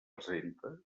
presenta